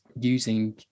using